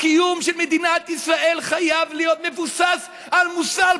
הקיום של מדינת ישראל חייב להיות מבוסס על מוסר בסיסי.